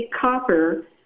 copper